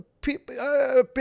people